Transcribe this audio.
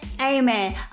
Amen